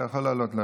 אתה יכול לעלות.